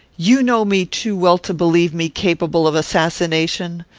you know me too well to believe me capable of assassination.